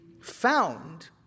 found